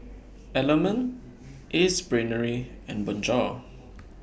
Element Ace Brainery and Bonjour